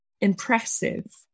impressive